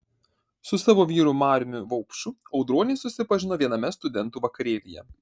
su savo vyru mariumi vaupšu audronė susipažino viename studentų vakarėlyje